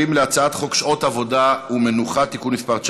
הצעת חוק הגנת הצרכן (תיקון מס' 57),